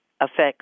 affects